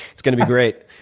it's going to be great.